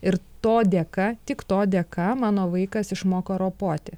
ir to dėka tik to dėka mano vaikas išmoko ropoti